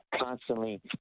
constantly